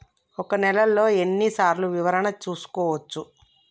ఒక నెలలో ఎన్ని సార్లు వివరణ చూసుకోవచ్చు?